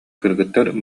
кыргыттар